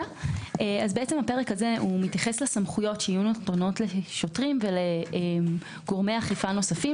הפרק הזה מתייחס לסמכויות שיהיו נתונות לשוטרים ולגורמי אכיפה נוספים,